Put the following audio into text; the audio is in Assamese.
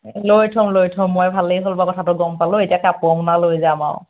লৈ থ'ম লৈ থ'ম মই ভালেই হ'ল বাৰু কথাটো গম পালোঁ এতিয়া কাপোৰৰ মোনা লৈ যাম আৰু